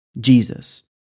jesus